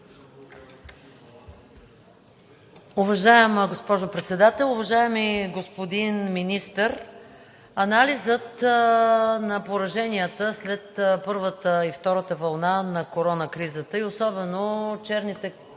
Уважаема госпожо Председател! Уважаеми господин Министър, анализът на пораженията след първата и втората вълна на корона кризата и особено черните